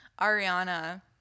Ariana